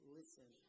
listen